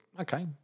Okay